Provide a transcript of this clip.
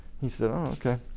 he said oh okay.